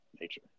nature